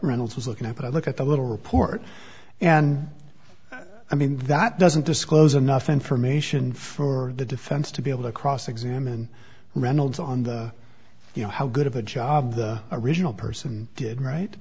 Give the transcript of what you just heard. reynolds was looking at but i look at the little report and i mean that doesn't disclose enough information for the defense to be able to cross examine reynolds on the you know how good of a job the original person did right